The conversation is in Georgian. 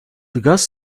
დგას